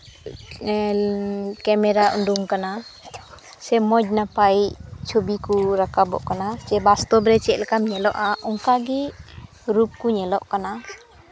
ᱠᱮᱱᱮᱨᱟ ᱩᱰᱩᱝ ᱟᱠᱟᱱᱟ ᱥᱮ ᱢᱚᱡᱽ ᱱᱟᱯᱟᱭ ᱪᱷᱚᱵᱤ ᱠᱚ ᱨᱟᱠᱟᱵᱚᱜ ᱠᱟᱱᱟ ᱥᱮ ᱵᱟᱥᱛᱚᱵ ᱨᱮ ᱪᱮᱫ ᱞᱮᱠᱟᱢ ᱧᱮᱞᱚᱜᱼᱟ ᱚᱱᱠᱟᱜᱮ ᱨᱩᱯ ᱠᱚ ᱧᱮᱞᱚᱜ ᱠᱟᱱᱟ